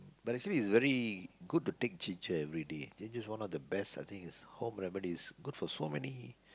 but actually is very good to take Gingers everyday Ginger is one of the best something is home remedies Ginger is good for so many